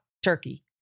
Turkey